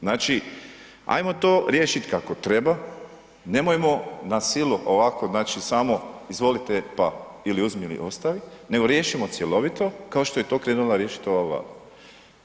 Znači, hajmo to riješiti kako treba, nemojmo na silu ovako znači samo izvolite pa ili uzmi ili ostavi, nego riješimo cjelovito kao što je to krenula riješiti ova Vlada.